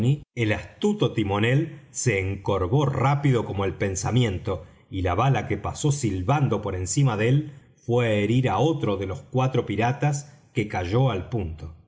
el astuto timonel se encorvó rápido como el pensamiento y la bala que pasó silbando por encima de él fué á herir á otro de los cuatro piratas que cayó al punto